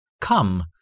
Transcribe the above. Come